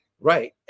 Right